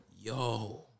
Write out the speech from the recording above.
Yo